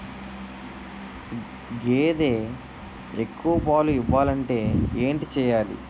గేదె ఎక్కువ పాలు ఇవ్వాలంటే ఏంటి చెయాలి?